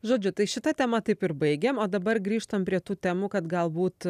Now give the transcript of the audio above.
žodžiu tai šitą temą taip ir baigiam dabar grįžtam prie tų temų kad galbūt